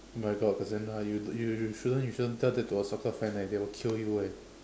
oh my God Cassandra you you you shouldn't you shouldn't tell that to a soccer fan eh they will kill you eh